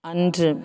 அன்று